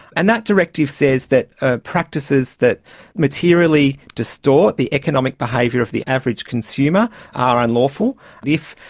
and that directive says that ah practices that materially distort the economic behaviour of the average consumer are unlawful if,